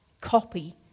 copy